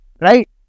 Right